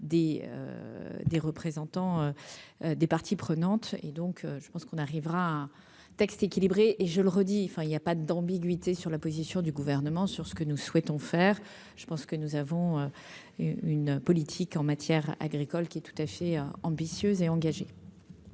des représentants des parties prenantes, et donc je pense qu'on arrivera texte équilibré et je le redis, enfin il y a pas d'ambiguïté sur la position du gouvernement sur ce que nous souhaitons faire, je pense que nous avons une politique en matière agricole, qui est tout à fait ambitieuse et engagé.